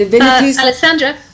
Alessandra